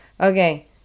Okay